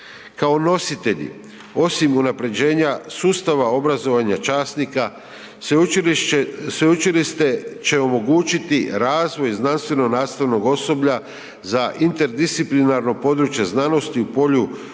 Kao nositelji, osim unaprjeđenja sustava obrazovanja časnika, Sveučilište će omogućiti razvoj znanstveno-nastavnog osoblja za interdisciplinarno područje znanosti u polju